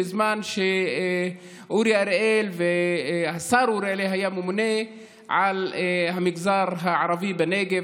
בזמן שהשר אורי אריאל היה ממונה על המגזר הערבי בנגב,